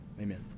Amen